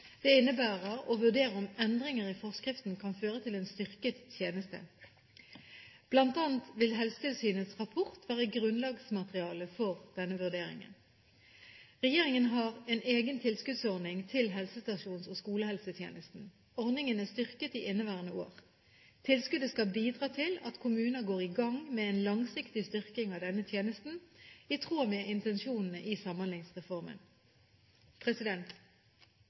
Det innebærer å vurdere om endringer i forskriften kan føre til en styrket tjeneste. Blant annet vil Helsetilsynets rapport være grunnlagsmateriale for denne vurderingen. Regjeringen har en egen tilskuddsordning til helsestasjons- og skolehelsetjenesten. Ordningen er styrket i inneværende år. Tilskuddet skal bidra til at kommuner går i gang med en langsiktig styrking av denne tjenesten, i tråd med intensjonene i Samhandlingsreformen.